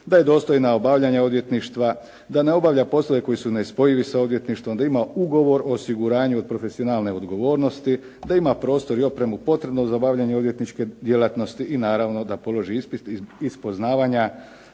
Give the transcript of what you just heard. da je dostojna obavljanja odvjetništva, da ne obavlja poslove koji su nespojivi sa odvjetništvom, da ima ugovor o osiguranju od profesionalne odgovornosti, da ima prostor i opremu potrebnu za obavljanje odvjetničke djelatnosti i naravno da položi ispit iz poznavanja